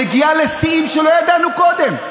מגיעה לשיאים שלא ידענו קודם,